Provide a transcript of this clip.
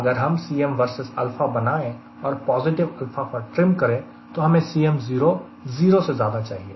अगर हम Cm vs alpha बनाएं और पॉजिटिव alpha पर ट्रिम करें तो हमें cm0 0 से ज्यादा चाहिए